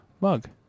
mug